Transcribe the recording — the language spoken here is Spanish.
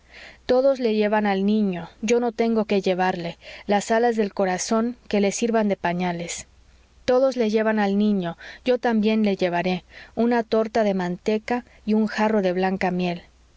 todos le llevan al niño yo no tengo que llevarle las alas del corazón que le sirvan de pañales todos le llevan al niño yo también le llevaré una torta de manteca y un jarro de blanca miel